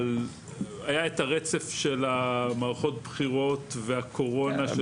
אבל היה רצף של מערכות בחירות, והקורונה.